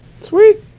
Sweet